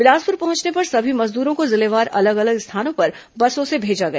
बिलासपुर पहुंचने पर सभी मजदूरों को जिलेवार अलग अलग स्थानों पर बसों से भेजा गया